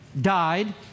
died